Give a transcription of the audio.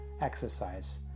exercise